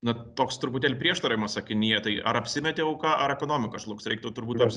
na toks truputėlį prieštaravimas sakinyje tai ar apsimetė auka ar ekonomika žlugs reiktų turbūt